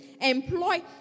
Employ